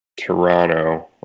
Toronto